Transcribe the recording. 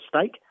stake